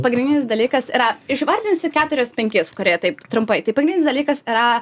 pagrindinis dalykas yra išvardinsiu keturis penkis kurie taip trumpai tai pagrindinis dalykas yra